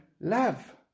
love